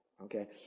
Okay